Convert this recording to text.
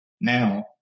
now